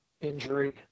injury